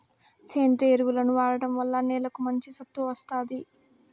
సేంద్రీయ ఎరువులను వాడటం వల్ల నేలకు మంచి సత్తువ వస్తాది